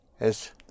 Es